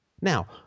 Now